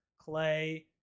clay